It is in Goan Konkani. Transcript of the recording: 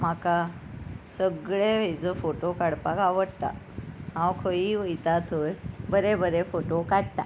म्हाका सगळे हाजो फोटो काडपाक आवडटा हांव खंयी वयता थंय बरे बरे फोटो काडटा